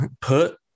put